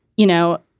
you know,